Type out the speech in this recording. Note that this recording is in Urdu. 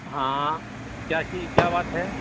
ہاں کیا چیز کیا بات ہے